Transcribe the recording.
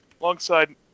alongside